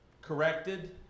corrected